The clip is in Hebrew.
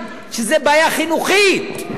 שזו בעיה חינוכית.